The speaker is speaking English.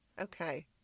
Okay